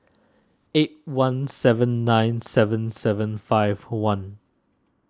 eight one seven nine seven seven five one